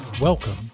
Welcome